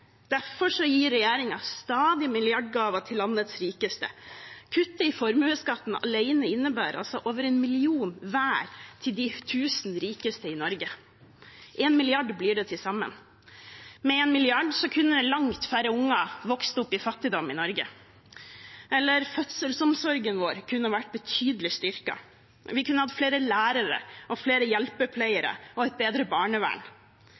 Derfor gir regjeringen stadig milliardgaver til landets rikeste. Kuttet i formuesskatten alene innebærer altså over én million hver til de tusen rikeste i Norge – til sammen én milliard. Med én milliard kroner kunne langt færre unger vokst opp i fattigdom i Norge, fødselsomsorgen vår kunne vært betydelig styrket, vi kunne hatt flere lærere og flere hjelpepleiere og et bedre barnevern.